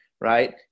Right